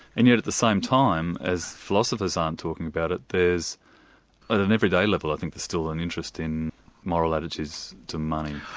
and yet at the same time as philosophers aren't talking about it, there's at an everyday level i think there's still an interest in moral attitudes to money.